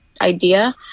idea